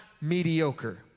mediocre